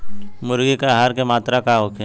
मुर्गी के आहार के मात्रा का होखे?